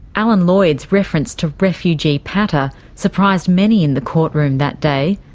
alan lloyd's reference to refugee patter surprised many in the courtroom that day,